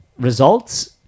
results